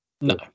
no